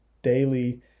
daily